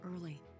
early